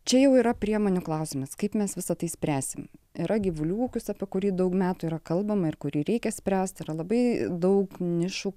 čia jau yra priemonių klausimas kaip mes visa tai spręsim yra gyvulių ūkis apie kurį daug metų yra kalbama ir kurį reikia spręst yra labai daug nišų